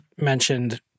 mentioned